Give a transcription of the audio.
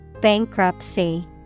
Bankruptcy